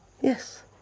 Yes